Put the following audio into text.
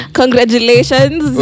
congratulations